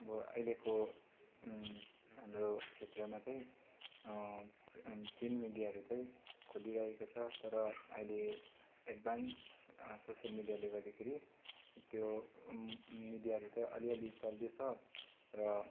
अब अहिलेको हाम्रो क्षेत्रमा चाहिँ प्रिन्ट मिडियाहरू चाहिँ खोलिरहेको छ तर आहिले एड्भान्स सोसियल मिडियाले गर्दाखेरि त्यो मिडियाहरू चाहिँ अलिअलि चल्दैछ र